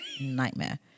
nightmare